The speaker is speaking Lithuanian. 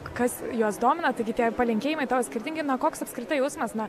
kas juos domina taigi tie palinkėjimai tavo skirtingi na koks apskritai jausmas na